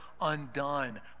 undone